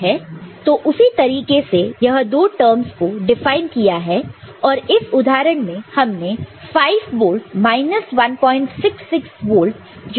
तो उसी तरीके से यह दो टर्मस को डिफाइन किया है और इस उदाहरण में हमने 5 वोल्ट माइनस 166 वोल्ट जो कि 334 वोल्ट है